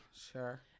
Sure